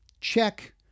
check